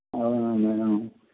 అవునా మేడం